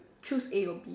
choose a or B